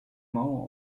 mauer